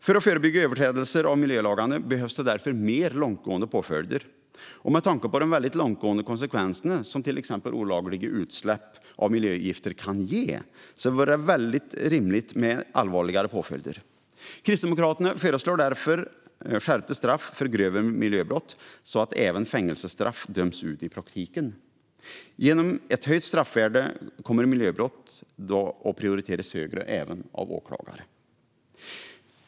För att förebygga överträdelser av miljölagarna behövs därför mer långtgående påföljder. Med tanke på de väldigt långtgående konsekvenser som till exempel olagliga utsläpp av miljögifter kan ge vore det rimligt med allvarligare påföljder. Kristdemokraterna föreslår därför skärpta straff för grövre miljöbrott så att även fängelsestraff döms ut i praktiken. Genom ett höjt straffvärde kommer miljöbrott också att prioriteras högre av åklagare.